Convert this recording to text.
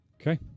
Okay